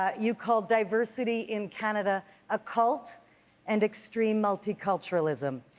ah you called diversity in canada a cult and extreme multiculturalism.